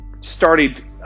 started